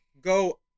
go